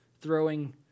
throwing